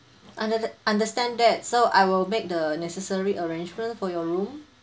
under~ understand that so I will make the necessary arrangement for your room